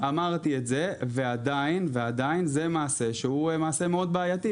אמרתי את זה ועדיין זה מעשה שהוא בעייתי מאוד.